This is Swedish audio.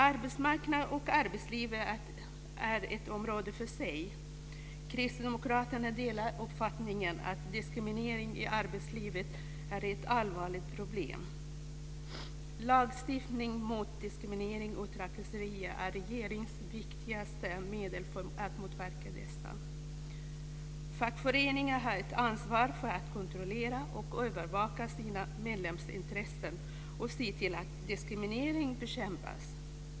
Arbetsmarknad och arbetsliv är ett område för sig. Kristdemokraterna delar uppfattningen att diskriminering i arbetslivet är ett allvarligt problem. Lagstiftning mot diskriminering och trakasserier är regeringens viktigaste medel för att motverka dessa. Fackföreningar har ett ansvar för att kontrollera och övervaka sina medlemmars intressen och se till att diskriminering bekämpas.